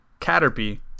Caterpie